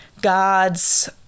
God's